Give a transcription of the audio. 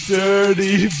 dirty